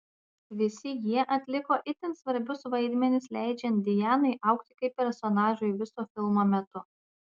visi jie atliko itin svarbius vaidmenis leidžiant dianai augti kaip personažui viso filmo metu